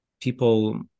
people